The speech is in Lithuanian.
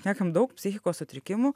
šnekam daug psichikos sutrikimų